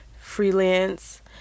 Freelance